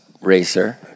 racer